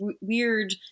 weird